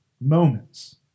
moments